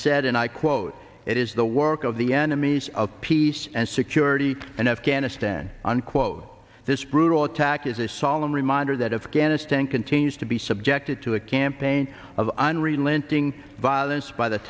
said and i quote it is the work of the enemies of peace and security in afghanistan unquote this brutal attack is a solemn reminder that afghanistan continues to be subjected to a campaign of unrelenting violence by the